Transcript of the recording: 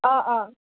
অঁ অঁ